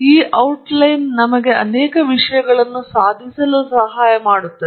ಮತ್ತು ಈ ಔಟ್ಲೈನ್ ನಮಗೆ ಅನೇಕ ವಿಷಯಗಳನ್ನು ಸಾಧಿಸಲು ಸಹಾಯ ಮಾಡುತ್ತದೆ